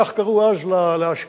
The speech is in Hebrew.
כך קראו אז לאשקלון,